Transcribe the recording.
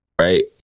right